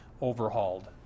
overhauled